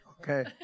Okay